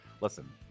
listen